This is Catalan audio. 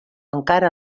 encara